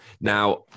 now